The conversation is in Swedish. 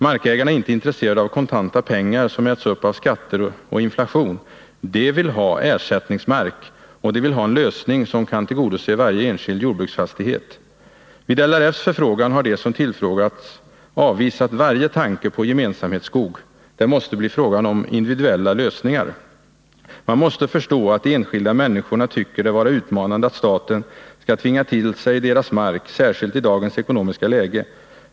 Markägarna är inte intresserade av kontanta pengar, som äts upp av skatter och inflation. De vill ha ersättningsmark, och de vill ha en lösning som kan tillgodose varje enskild jordbruksfastighet. Vid en förfrågan från LRF har de som tillfrågats avvisat varje tanke på gemensamhetsskog. Det måste bli fråga om individuella lösningar. Man måste förstå att de enskilda människorna tycker att det är utmanande att staten skall tvinga till sig deras mark, särskilt i dagens ekonomiska läge.